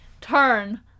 turn